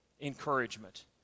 encouragement